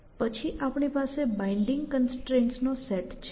પછી આપણી પાસે બાઈન્ડીંગ કન્સ્ટ્રેઇન્ટ્સ નો સેટ છે